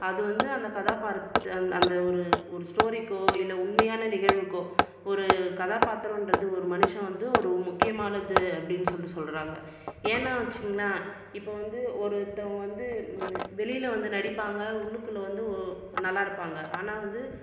அது வந்து அந்த கதாபாத்திர அந்த ஒரு ஒரு ஸ்டோரிக்கோ இல்லை உண்மையான நிகழ்வுக்கோ ஒரு கதாபாத்திரன்றது ஒரு மனுஷன் வந்து ஒரு முக்கியமானது அப்படின்னு சொல்லிட்டு சொல்றாங்கள் ஏன்னால் வச்சுங்கள இப்போ வந்து ஒருத்தவங்கள் வந்து வெளியில் வந்து நடிப்பாங்கள் உள்ளுக்குள்ளே வந்து நல்லா இருப்பாங்கள் ஆனால் வந்து